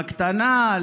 בקטנה,